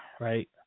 right